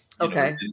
okay